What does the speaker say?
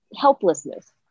helplessness